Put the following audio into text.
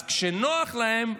אז כשנוח להם,